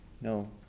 No